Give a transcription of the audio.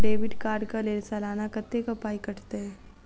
Debit card कऽ लेल सलाना कत्तेक पाई कटतै?